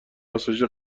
افزایش